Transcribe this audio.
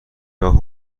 راهو